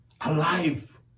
alive